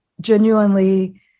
genuinely